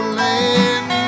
land